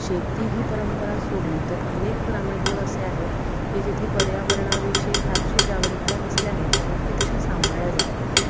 शेती ही परंपरा सोडली तर अनेक ग्रामीण भाग असे आहेत की जिथे पर्यावरणाविषयी फारशी जागरूकता नसल्याने त्या गोष्टी तशा सांभाळल्या जात नाहीत